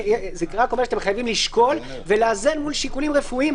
חייבים לשקול ולאזן מול שיקולים רפואיים.